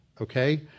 okay